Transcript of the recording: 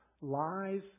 lies